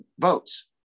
votes